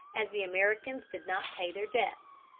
as the americans did not pay their debts.